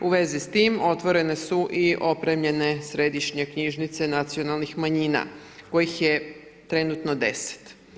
U vezi s tim, otvorene su i opremljene središnje knjižnice nacionalnih manjina kojih je trenutno 10.